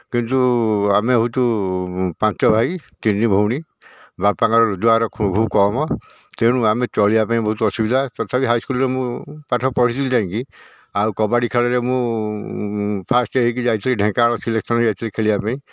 କିନ୍ତୁ ଆମେ ହେଉଛୁ ପାଞ୍ଚ ଭାଇ ତିନି ଭଉଣୀ ବାପାଙ୍କର ରୋଜଗାର ଖୁବ୍ କମ୍ ତେଣୁ ଆମେ ଚଳିବା ପାଇଁ ବହୁତ ଅସୁବିଧା ତଥାପି ହାଇସ୍କୁଲ୍ରେ ମୁଁ ପାଠ ପଢ଼ିଥିଲି ଯାଇକି ଆଉ କବାଡ଼ି ଖେଳରେ ମୁଁ ଫାଷ୍ଟ୍ ହୋଇକି ଯାଇଥିଲି ଢେଙ୍କାନାଳ ସିଲେକ୍ସନ୍ରେ ଯାଇଥିଲି ଖେଳିବା ପାଇଁ